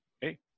hey